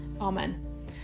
Amen